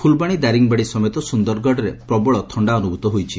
ଫୁଲବାଣୀ ଦାରିଙ୍ଗିବାଡ଼ି ସମେତ ସୁନ୍ଦରଗଡ଼ରେ ପ୍ରବଳ ଥଣ୍ତା ଅନୁଭୂତ ହୋଇଛି